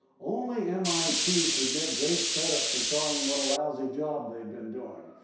only mit could get great credit for telling what a lousy job they've been doing.